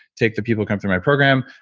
take the people come through my program,